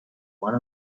one